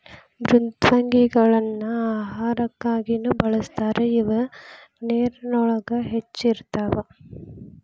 ಮೃದ್ವಂಗಿಗಳನ್ನ ಆಹಾರಕ್ಕಾಗಿನು ಬಳಸ್ತಾರ ಇವ ನೇರಿನೊಳಗ ಹೆಚ್ಚ ಇರತಾವ